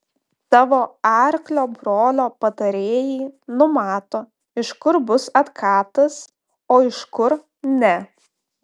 tavo arklio brolio patarėjai numato iš kur bus atkatas o iš kur ne